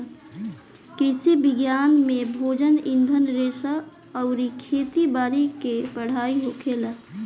कृषि विज्ञान में भोजन, ईंधन रेशा अउरी खेती बारी के पढ़ाई होखेला